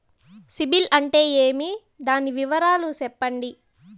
సిబిల్ అంటే ఏమి? దాని వివరాలు సెప్పండి?